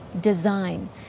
design